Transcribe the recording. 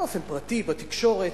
באופן פרטי ובתקשורת,